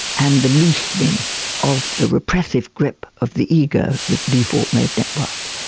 and the loosening of the repressive grip of the ego, the default mode network,